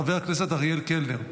חבר הכנסת אריאל קלנר,